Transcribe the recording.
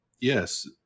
Yes